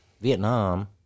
Vietnam